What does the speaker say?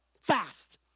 fast